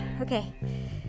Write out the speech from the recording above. okay